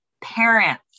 parents